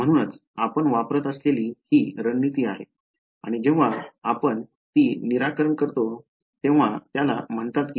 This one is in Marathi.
म्हणूनच आपण वापरत असलेली ही रणनीती आहे आणि जेव्हा आम्ही ती निराकरण करतो तेव्हा त्याला म्हणतात की